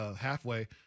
halfway